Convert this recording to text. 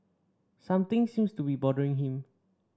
something seems to be bothering him